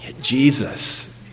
Jesus